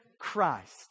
Christ